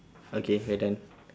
okay we're done